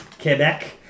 Quebec